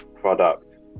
product